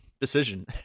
decision